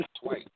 twice